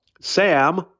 Sam